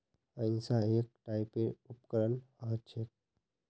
हंसिआ एक टाइपेर उपकरण ह छेक